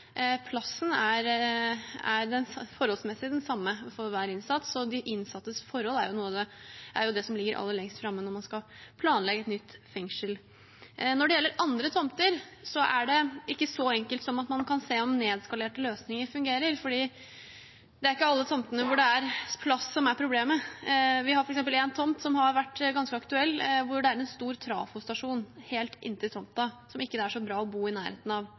Plassen er forholdsmessig den samme for hver innsatt, så de innsattes forhold er jo det som ligger aller lengst framme når man skal planlegge et nytt fengsel Når det gjelder andre tomter, er det ikke så enkelt som at man kan se om nedskalerte løsninger fungerer, fordi det ikke for alle tomter er plassen som er problemet. Vi har f.eks. en tomt som har vært ganske aktuell, hvor det er en stor trafostasjon helt inntil tomten, som ikke er så bra å bo i nærheten av